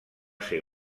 ser